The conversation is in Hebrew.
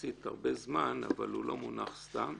יחסית הרבה זמן, אבל הוא לא מונח סתם.